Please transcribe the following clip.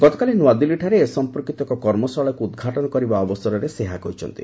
ଗତକାଲି ନୂଆଦିଲ୍ଲୀଠାରେ ଏ ସମ୍ପର୍କୀତ ଏକ କର୍ମଶାଳାକୁ ଉଦ୍ଘାଟନ କରିବା ଅବସରରେ ସେ ଏହା କହିଛନ୍ତି